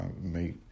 make